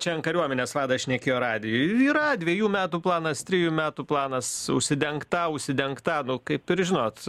čia kariuomenės vadas šnekėjo radijui yra dviejų metų planas trijų metų planas užsidengt tą užsidengt tą nu kaip ir žinot